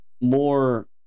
more